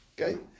Okay